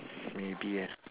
maybe